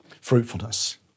fruitfulness